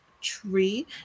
tree